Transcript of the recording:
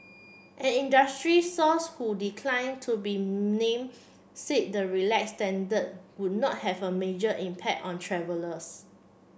an industry source who decline to be name said the relax standard would not have a major impact on travellers